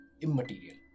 immaterial